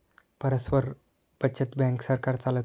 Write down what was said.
परस्पर बचत बँक सरकार चालवते